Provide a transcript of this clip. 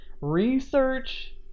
research